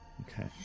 Okay